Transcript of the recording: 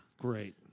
Great